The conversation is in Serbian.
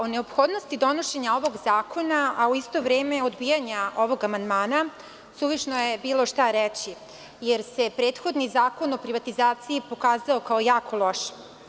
O neophodnosti donošenja ovog zakona, a u isto vreme odbijanja ovog amandmana suvišno je bilo šta reći, jer se prethodni Zakon o privatizaciji pokazao kao jako loš.